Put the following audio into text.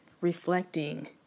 reflecting